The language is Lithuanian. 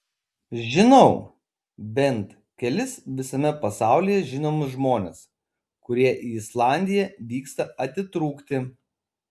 žinau bent kelis visame pasaulyje žinomus žmones kurie į islandiją vyksta atitrūkti